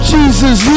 Jesus